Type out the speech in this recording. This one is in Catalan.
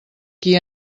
qui